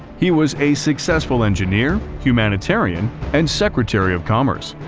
he was a successful engineer, humanitarian, and secretary of commerce.